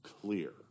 clear